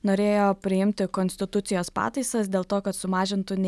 norėjo priimti konstitucijos pataisas dėl to kad sumažintų ne